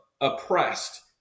oppressed